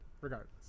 regardless